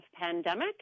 pandemic